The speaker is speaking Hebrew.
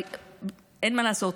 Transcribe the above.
אין מה לעשות,